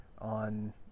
on